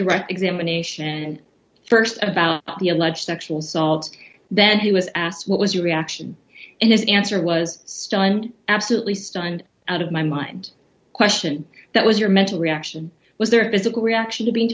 direct examination st about the alleged sexual assault that he was asked what was your reaction and his answer was absolutely stunned out of my mind question that was your mental reaction was there physical reaction to being